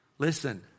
Listen